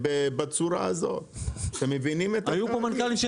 בצורה הזאת הם מבינים --- היו פה מנכ"לים של